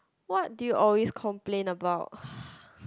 what do you always complain about